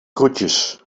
groetjes